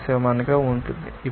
07 గా ఉంటుంది